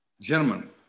gentlemen